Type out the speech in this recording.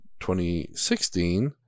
2016